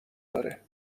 داره